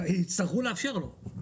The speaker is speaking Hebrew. יצטרכו לאפשר לו.